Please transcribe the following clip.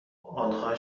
آنها